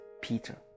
Peter